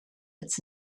it’s